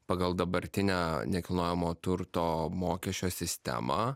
pagal dabartinę nekilnojamo turto mokesčio sistemą